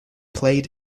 played